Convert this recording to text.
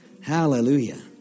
Hallelujah